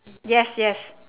yes yes